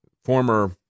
former